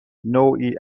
نوعی